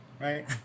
right